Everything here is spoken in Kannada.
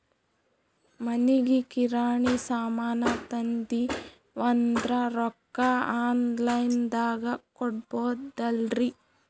ಮನಿಗಿ ಕಿರಾಣಿ ಸಾಮಾನ ತಂದಿವಂದ್ರ ರೊಕ್ಕ ಆನ್ ಲೈನ್ ದಾಗ ಕೊಡ್ಬೋದಲ್ರಿ?